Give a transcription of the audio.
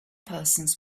persons